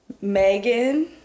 Megan